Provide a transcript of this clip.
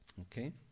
okay